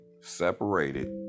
separated